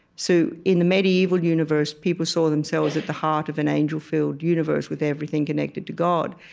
so in the medieval universe, people saw themselves at the heart of an angel-filled universe with everything connected to god.